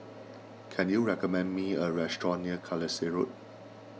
can you recommend me a restaurant near Carlisle Road